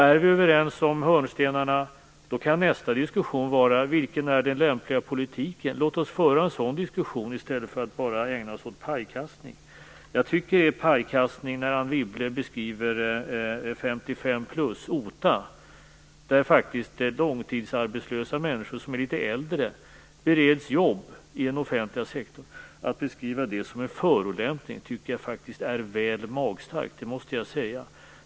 Är vi överens om hörnstenarna kan nästa diskussion vara: Vilken är den lämpliga politiken? Låt oss föra en sådan diskussion i stället för att bara ägna oss åt pajkastning. Jag tycker att det är pajkastning när Anne Wibble beskriver 55-plus, OTA, som faktiskt innebär att långtidsarbetslösa som är litet äldre bereds jobb i den offentliga sektorn. Att beskriva det som en förolämpning tycker jag faktiskt är väl magstarkt, det måste jag säga.